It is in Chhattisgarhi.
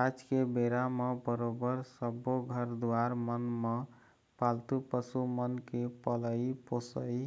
आज के बेरा म बरोबर सब्बो घर दुवार मन म पालतू पशु मन के पलई पोसई